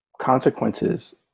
consequences